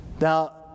Now